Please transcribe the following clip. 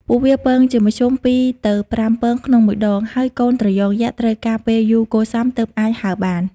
ពួកវាពងជាមធ្យម ២ ទៅ ៥ ពង ក្នុងមួយដង ហើយកូនត្រយងត្រូវការពេលយូរគួរសមទើបអាចហើរបាន។